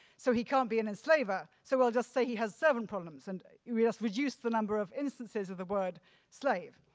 so he can't be an enslaver. so we'll just say he has servant problems and we just reduce the number of instances of the word slave.